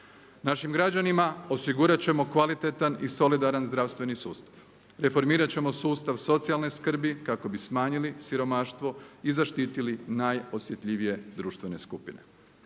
Našim građanima osigurat ćemo kvalitetan i solidaran zdravstveni sustav. Reformirat ćemo sustav socijalne skrbi kako bi smanjili siromaštvo i zaštitili najosjetljivije društvene skupine.